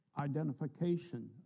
identification